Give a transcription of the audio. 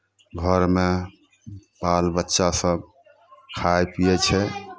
घरमे बालबच्चा सभ खाइ पियै छै